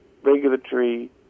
regulatory